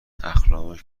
اخلاقش